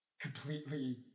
completely